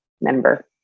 member